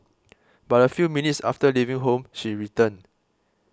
but a few minutes after leaving home she returned